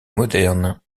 moderne